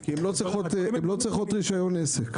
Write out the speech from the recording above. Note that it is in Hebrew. כי הן לא צריכות רישיון עסק.